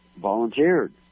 volunteered